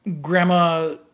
Grandma